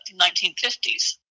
1950s